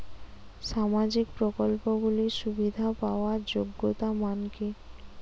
সামাজিক প্রকল্পগুলি সুবিধা পাওয়ার যোগ্যতা মান কি?